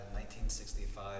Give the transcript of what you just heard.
1965